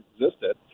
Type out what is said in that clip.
existed